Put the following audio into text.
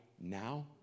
now